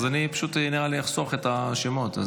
אני פשוט אחסוך את הקראת השמות.